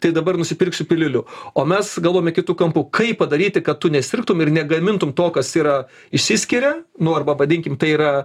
tai dabar nusipirksiu piliulių o mes galvojame kitu kampu kaip padaryti kad tu nesirgtum ir negamintum to kas yra išsiskiria nu arba vadinkim tai yra